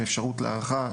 עם אפשרות להארכה,